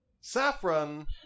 Saffron